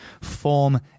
form